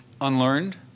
unlearned